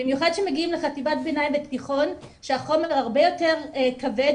במיוחד כשמגיעים לחטיבת ביניים ותיכון שהחומר הרבה יותר כבד,